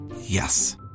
Yes